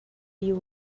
you